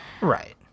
Right